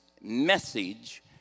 message